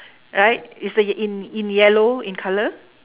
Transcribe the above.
right it's a in in yellow in colour